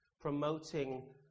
promoting